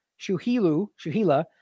Shuhila